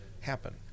happen